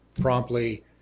promptly